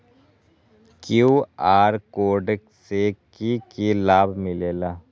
QR code से कि कि लाव मिलेला?